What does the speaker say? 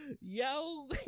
Yo